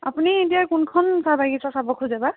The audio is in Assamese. আপুনি এতিয়া কোনখন চাহবাগিছা চাব খোজেবা